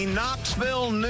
Knoxville